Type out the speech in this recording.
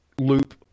loop